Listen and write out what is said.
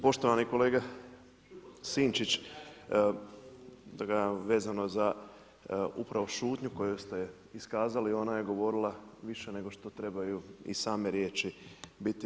Poštovani kolega Sinčić, da kažem vezano za upravo šutnju koju ste iskazali ona je govorila više nego što trebaju i same riječi biti.